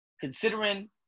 Considering